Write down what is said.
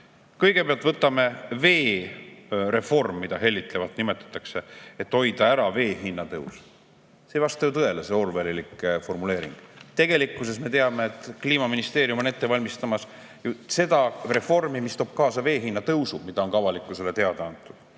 kõigepealt veereformi, mida hellitavalt nii nimetatakse, et hoida ära vee hinna tõus. See ei vasta ju tõele, see orwellilik formuleering. Tegelikkuses me teame, et Kliimaministeerium on ette valmistamas seda reformi, mis toob kaasa vee hinna tõusu, nagu on ka avalikkusele teada